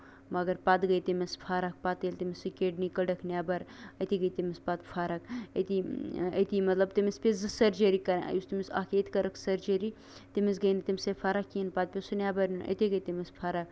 مَگر پَتہٕ گٔے تٔمِس فرق پَتہٕ ییٚلہِ تٔمِس سۄ کِڈنی کٔڈٕکھ نیٚبر اَتی گٔے تٔمِس پَتہٕ فرق أتی أتی مطلب تٔمِس پیٚیہِ زٕ سٔرجٔری کَرٕنۍ یُس تٔمِس اکھ ییٚتہِ کٔرٕکھ سٔرجٔری تٔمِس گٔے نہٕ تَمہِ سۭتۍ فرق کِہیٖنٛۍ پَتہٕ پیوٚو سُہ نیٚبر نِیُن أتی گٔے تٔمِس فرق